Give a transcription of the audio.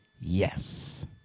Yes